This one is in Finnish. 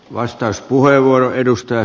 arvoisa puhemies